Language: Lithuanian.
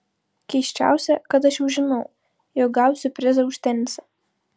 keisčiausia kad aš jau žinau jog gausiu prizą už tenisą